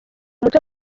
umutwe